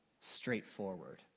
straightforward